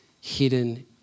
hidden